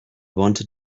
wanted